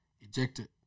ejected